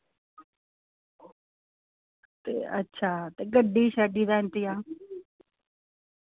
ते अच्छा ते गड्डी शड्डी दा इंतजाम